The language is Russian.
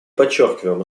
подчеркиваем